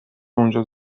اونجا